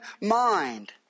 mind